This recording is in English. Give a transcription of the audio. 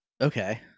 Okay